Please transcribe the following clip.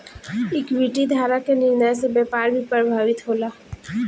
equity धारक के निर्णय से व्यापार भी प्रभावित होला